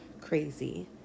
crazy